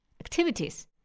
activities